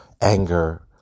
anger